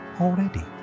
already